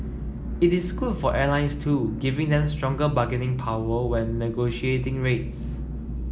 it is good for airlines too giving them stronger bargaining power when negotiating rates